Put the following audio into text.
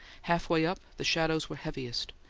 half-way up the shadows were heaviest,